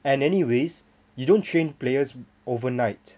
and anyways you don't train players overnight